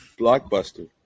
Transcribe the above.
blockbuster